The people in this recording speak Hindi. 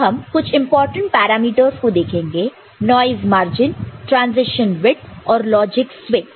तो अब हम कुछ इंपॉर्टेंट पैरामीटर को देखेंगे नॉइस मार्जिन ट्रांसीशन विडत और लॉजिक स्विंग